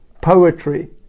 poetry